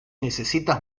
necesitas